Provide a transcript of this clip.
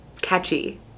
catchy